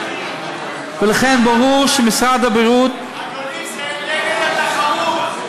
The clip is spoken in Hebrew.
ולכן, ברור שמשרד הבריאות, אדוני, זה נגד התחרות.